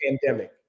pandemic